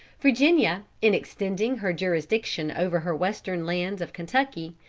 virginia, in extending her jurisdiction over her western lands of kentucky,